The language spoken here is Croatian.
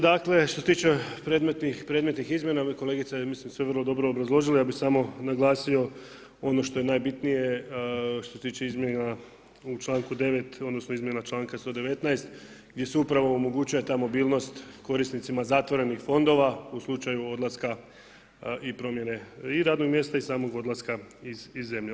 Dakle što se tiče predmetnih izmjena kolegica je mislim sve vrlo dobro obrazložila, ja bih samo naglasio ono što je najbitnije što se tiče izmjena u članku 9. odnosno izmjena članka 119. gdje se upravo omogućuje ta mobilnost korisnicima zatvorenih fondova u slučaju odlaska i promjene i radnog mjesta i samog odlaska iz zemlje.